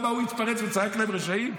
למה הוא התפרץ וקרא להם "רשעים".